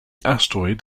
asteroid